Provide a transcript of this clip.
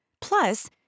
Plus